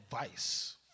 advice